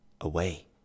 away